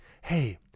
hey